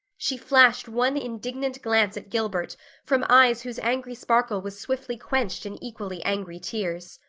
she flashed one indignant glance at gilbert from eyes whose angry sparkle was swiftly quenched in equally angry tears.